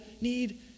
need